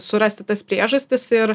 surasti tas priežastis ir